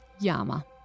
Yama